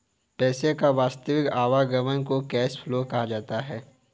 पैसे का वास्तविक आवागमन को कैश फ्लो कहा जाता है